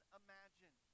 imagine